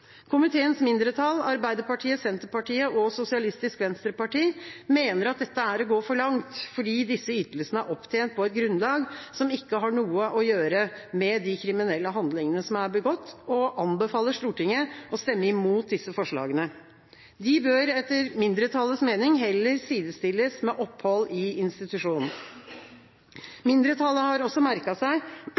Komiteens mindretall, Arbeiderpartiet, Senterpartiet og SV, mener at dette er å gå for langt, fordi disse ytelsene er opptjent på et grunnlag som ikke har noe å gjøre med de kriminelle handlingene som er begått, og anbefaler Stortinget å stemme imot disse forslagene. De bør etter mindretallets mening heller sidestilles med opphold i institusjon. Mindretallet har også merket seg